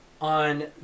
on